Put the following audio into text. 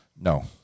No